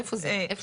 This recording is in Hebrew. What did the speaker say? איפה זה נמצא?